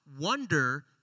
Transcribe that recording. wonder